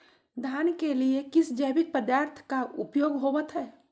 धान के लिए किस जैविक पदार्थ का उपयोग होवत है?